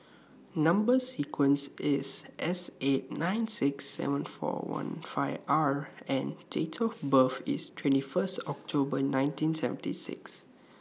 Number sequence IS S eight nine six seven four one five R and Date of birth IS twenty First October nineteen seventy six